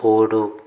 మూడు